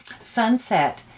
Sunset